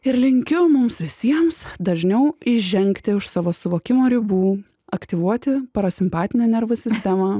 ir linkiu mums visiems dažniau įžengti už savo suvokimo ribų aktyvuoti parasimpatinę nervų sistemą